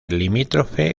limítrofe